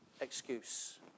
excuse